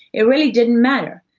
it really didn't matter,